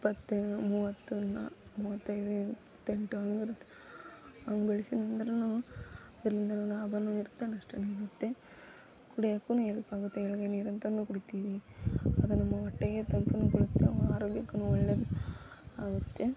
ಇಪ್ಪತ್ತ ಮೂವತ್ತು ನಾನು ಮೂವತ್ತೈದು ಎಂಟು ಹಾಗಿರುತ್ತೆ ಹಂಗೆ ಬೆಳೆಸಿದ್ದಂದ್ರೂ ಅದರಿಂದಲೂ ಲಾಭನೂ ಇರುತ್ತೆ ನಷ್ಟವೂ ಇರುತ್ತೆ ಕುಡಿಯೋಕ್ಕುನೂ ಎಲ್ಪಾಗುತ್ತೆ ಎಳ್ಗೈ ನೀರಂತಲೂ ಕುಡಿತೀವಿ ಅದು ನಮ್ಮ ಹೊಟ್ಟೆಗೆ ತಂಪನ್ನು ಕೊಡುತ್ತೆ ಆರೋಗ್ಯಕ್ಕೂ ಒಳ್ಳೇದು ಆಗುತ್ತೆ